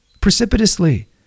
precipitously